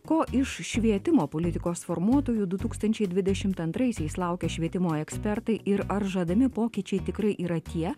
ko iš švietimo politikos formuotojų du tūkstančiai dvidešimt antraisiais laukia švietimo ekspertai ir ar žadami pokyčiai tikrai yra tie